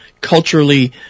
culturally